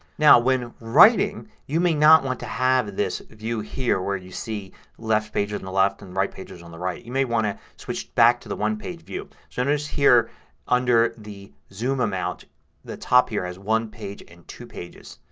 now when writing you may not want to have this view here where you see left pages on the left and right pages on the right. you may want to switch back to the one page view. so notice here under the zoom amount the top here has one page and two pages.